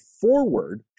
forward